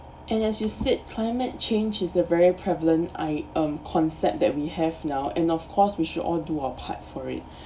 and as you said climate change is a very prevalent I um concept that we have now and of course we should all do our part for it